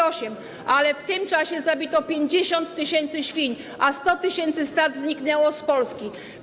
Owszem, ale w tym czasie zabito 50 tys. świń, a 100 tys. stad zniknęło z Polski.